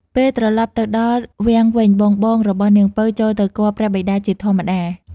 ពេលត្រឡប់ទៅដល់វាំងវិញ បងៗរបស់នាងពៅចូលទៅគាល់ព្រះបិតាជាធម្មតា ។